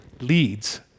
leads